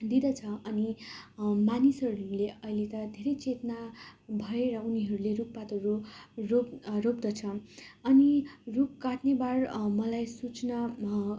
दिँदछ अनि मानिसहरूले अहिले त धेरै चेतना भएर उनीहरूले रुखपातहरू रोप रोप्दछ अनि रुख काट्ने बार मलाई सूचना